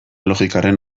logikaren